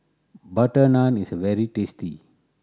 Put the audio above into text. butter naan is very tasty